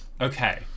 Okay